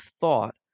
thought